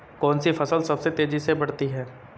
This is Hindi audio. कौनसी फसल सबसे तेज़ी से बढ़ती है?